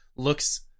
looks